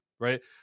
right